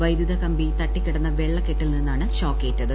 വൈദ്യുതകമ്പി തട്ടിക്കിടന്ന വെള്ളക്കെട്ടിൽ നിന്ന് ഷോക്കേറ്റത്